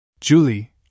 Julie